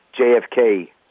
JFK